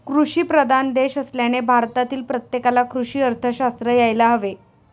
कृषीप्रधान देश असल्याने भारतातील प्रत्येकाला कृषी अर्थशास्त्र यायला हवे